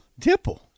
Dipple